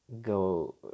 go